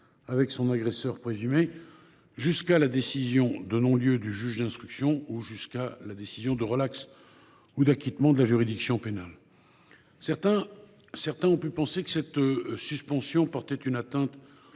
à son encontre – jusqu’à la décision de non lieu du juge d’instruction ou la décision de relaxe ou d’acquittement de la juridiction pénale. Certains ont pu penser que cette suspension portait une atteinte